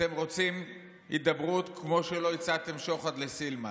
אתם רוצים הידברות כמו שלא הצעתם שוחד לסילמן,